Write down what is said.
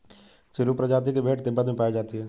चिरु प्रजाति की भेड़ तिब्बत में पायी जाती है